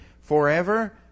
forever